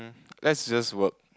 let's just work